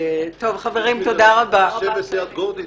תודה רבה, הישיבה נעולה.